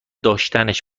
داشتنش